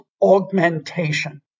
augmentation